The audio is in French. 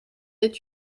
est